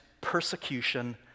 persecution